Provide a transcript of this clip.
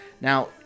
now